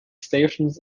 stations